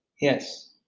yes